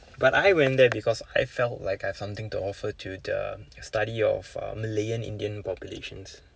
but I went there because I felt like I have something to offer to the study of uh malayan indian populations